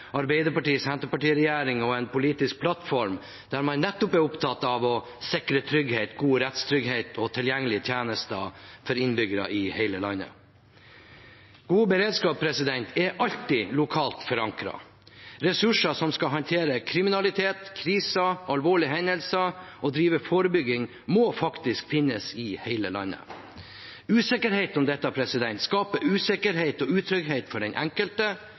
og en politisk plattform der man nettopp er opptatt av å sikre trygghet, god rettstrygghet og tilgjengelige tjenester for innbyggere i hele landet. God beredskap er alltid lokalt forankret. Ressurser som skal håndtere kriminalitet, kriser, alvorlige hendelser og drive forebygging, må faktisk finnes i hele landet. Usikkerhet om dette skaper usikkerhet og utrygghet for den enkelte,